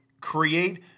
create